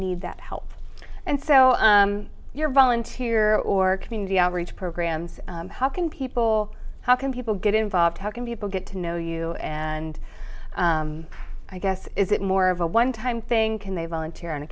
need that help and so your volunteer or community outreach programs how can people how can people get involved how can people get to know you and i guess is it more of a one time thing can they volunteer on a